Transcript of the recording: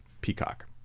peacock